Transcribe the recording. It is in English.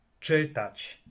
czytać